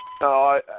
No